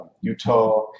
Utah